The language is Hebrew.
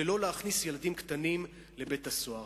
ולא להכניס ילדים קטנים לבית-הסוהר.